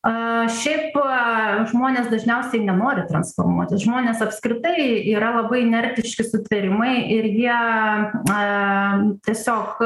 a šiaip žmonės dažniausiai nenori transformuotis žmonės apskritai yra labai inertiški sutvėrimai ir jie a tiesiog